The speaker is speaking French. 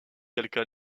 quelques